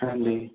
ਹਾਂਜੀ